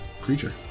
creature